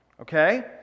Okay